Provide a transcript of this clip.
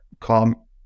calm